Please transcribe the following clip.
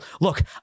look